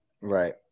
Right